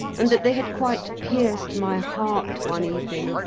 and that they had quite pierced my heart one evening,